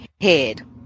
head